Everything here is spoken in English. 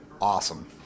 awesome